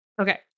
Okay